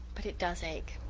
but it does ache.